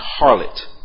harlot